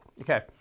Okay